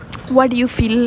what do you feel